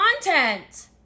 content